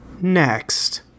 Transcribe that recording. Next